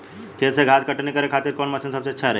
खेत से घास कटनी करे खातिर कौन मशीन सबसे अच्छा रही?